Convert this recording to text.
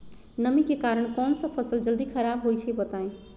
नमी के कारन कौन स फसल जल्दी खराब होई छई बताई?